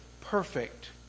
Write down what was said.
perfect